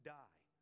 die